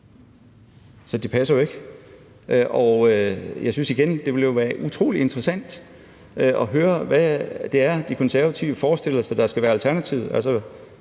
Så det passer jo ikke. Og igen: Jeg synes, det ville være utrolig interessant at høre, hvad det er, De Konservative forestiller sig skulle være alternativet.